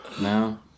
No